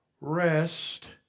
rest